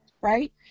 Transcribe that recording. right